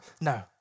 No